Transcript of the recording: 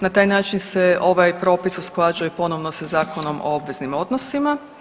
Na taj način se ovaj propis usklađuje ponovno sa Zakonom o obveznim odnosima.